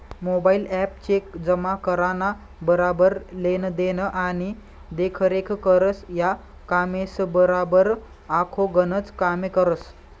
mobile app cheque जमा कराना बराबर लेन देन आणि देखरेख करस, या कामेसबराबर आखो गनच कामे करस